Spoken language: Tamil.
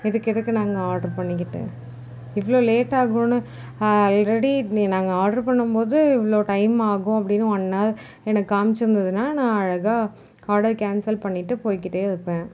இதுக்கு எதுக்கு நான் ஆடர் பண்ணிக்கிட்டு இவ்வளோ லேட்டாக ஆகும்ன்னு ஆல்ரெடி நாங்கள் ஆர்டர் பண்ணும்போது இவ்வளோ டைம் ஆகும் அப்படின்னு ஒன் ஹவர் எனக்கு காமித்துருந்துதுனா நான் அழகாக ஆடர் கேன்சல் பண்ணிவிட்டு போயிகிட்டேயிருப்பேன்